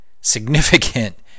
significant